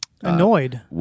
Annoyed